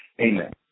Amen